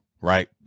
right